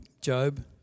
Job